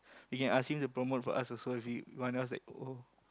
we can ask him to promote for us also if he want us oh